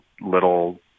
little